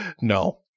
No